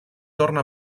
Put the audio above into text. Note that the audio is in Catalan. torna